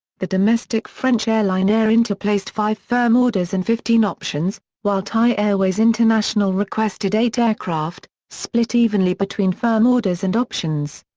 the domestic french airline air inter placed five firm orders and fifteen options, options, while thai airways international requested eight aircraft, split evenly between firm orders and options.